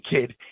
kid